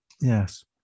Yes